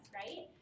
right